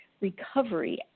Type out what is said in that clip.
recovery